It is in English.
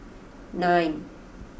nine